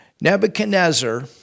Nebuchadnezzar